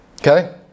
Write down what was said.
Okay